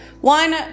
one